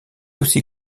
aussi